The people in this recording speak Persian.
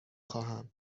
خواهم